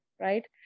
right